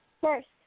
first